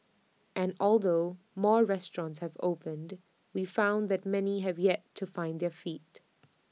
and although more restaurants have opened we found that many have yet to find their feet